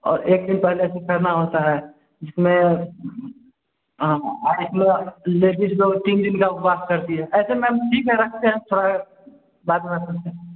और एक दिन पहले से खरना होता है जिसमें हाँ और इसमें लेडीस लोग तीन दिन का उपवास करती हैं ऐसे मैम ठीक है रखते हैं हम थोड़ा बाद में करते